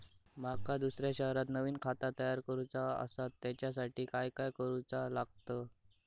माका दुसऱ्या शहरात नवीन खाता तयार करूचा असा त्याच्यासाठी काय काय करू चा लागात?